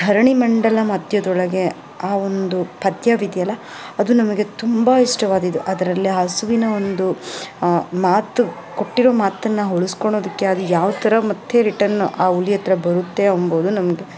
ಧರಣಿ ಮಂಡಲ ಮಧ್ಯದೊಳಗೆ ಆ ಒಂದು ಪದ್ಯವಿದ್ಯಲ್ಲ ಅದು ನಮಗೆ ತುಂಬ ಇಷ್ಟವಾದ ಇದು ಅದರಲ್ಲಿ ಹಸುವಿನ ಒಂದು ಮಾತು ಕೊಟ್ಟಿರೋ ಮಾತನ್ನು ಉಳ್ಸ್ಕೊಣೋದಕ್ಕೆ ಅದು ಯಾವ ಥರ ಮತ್ತೆ ರಿಟರ್ನ್ ಆ ಹುಲಿ ಹತ್ತಿರ ಬರುತ್ತೆ ಅಂಬೊದು ನಮಗೆ